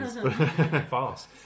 Fast